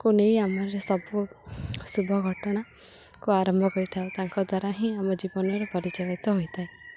କୁ ନେଇ ଆମର ସବୁ ଶୁଭ ଘଟଣାକୁ ଆରମ୍ଭ କରିଥାଉ ତାଙ୍କ ଦ୍ୱାରା ହିଁ ଆମ ଜୀବନରେ ପରିଚାଳିତ ହୋଇଥାଏ